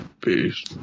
Peace